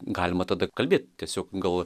galima tada kalbėti tiesiog gal